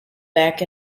back